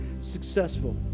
successful